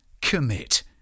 commit